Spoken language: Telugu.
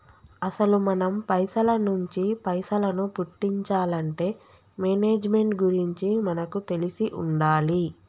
అసలు మనం పైసల నుంచి పైసలను పుట్టించాలంటే మేనేజ్మెంట్ గురించి మనకు తెలిసి ఉండాలి